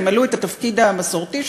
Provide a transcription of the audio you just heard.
תמלאו את התפקיד המסורתי,